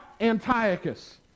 Antiochus